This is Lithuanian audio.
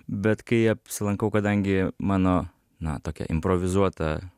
bet kai apsilankau kadangi mano na tokia improvizuota